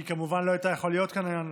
היא כמובן לא הייתה יכולה להיות כאן היום,